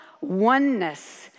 oneness